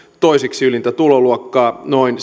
toiseksi ylintä tuloluokkaa noin